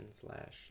Slash